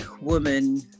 woman